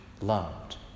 loved